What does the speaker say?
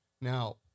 Now